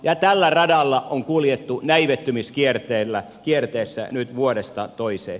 ja tällä radalla näivettymiskierteessä on kuljettu nyt vuodesta toiseen